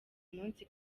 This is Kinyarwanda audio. munsi